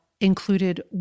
Included